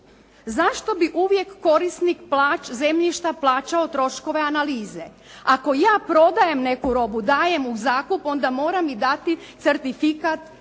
Zašto bi uvijek korisnik zemljišta plaćao troškove analize. Ako ja prodajem neku robu, dajem u zakup, onda moram i dati certifikat